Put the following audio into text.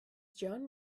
john